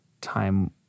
time